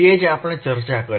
તે જ આપણે ચર્ચા કરી